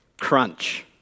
crunch